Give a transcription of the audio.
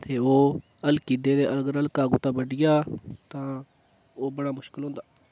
ते ओह् हलकी जन्दे ते अगर हलका कुत्ता बड्ढी जा तां ओह् बड़ा मुश्कल होंदा